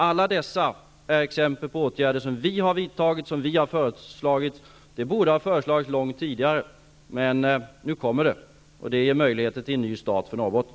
Allt detta är exempel på åtgärder som vi har föreslagit. De borde har föreslagits långt tidigare, men nu kommer de, och det ger möjligheter till en ny start för Norrbotten.